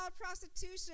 prostitution